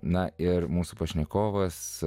na ir mūsų pašnekovas